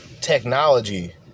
technology